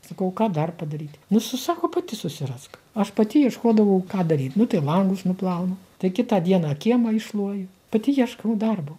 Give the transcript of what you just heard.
sakau o ką dar padaryt nu su sako pati susirask aš pati ieškodavau ką daryt nu tai langus nuplaunu tai kitą dieną kiemą iššluoju pati ieškau darbo